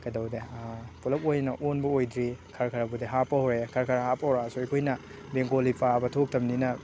ꯀꯩꯗꯧꯗꯦ ꯄꯨꯂꯞ ꯑꯣꯏꯅ ꯑꯣꯏꯟꯕ ꯑꯣꯏꯗ꯭ꯔꯤ ꯈꯔ ꯈꯔꯕꯨꯗꯤ ꯍꯥꯞꯄ ꯍꯧꯔꯛꯑꯦ ꯈꯔ ꯈꯔ ꯍꯥꯞꯄ ꯍꯧꯔꯛꯑꯁꯨ ꯑꯩꯈꯣꯏꯅ ꯕꯦꯡꯒꯣꯂꯤ ꯄꯥꯕ ꯊꯣꯛꯇꯝꯅꯤꯅ